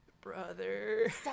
Brother